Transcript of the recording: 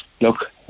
look